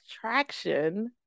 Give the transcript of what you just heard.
traction